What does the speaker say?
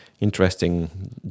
interesting